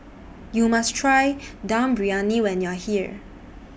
YOU must Try Dum Briyani when YOU Are here